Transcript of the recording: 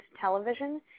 television